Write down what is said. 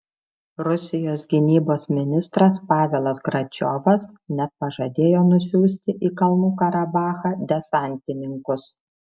rusijos gynybos ministras pavelas gračiovas net pažadėjo nusiųsti į kalnų karabachą desantininkus